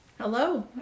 Hello